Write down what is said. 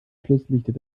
schlusslichter